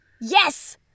yes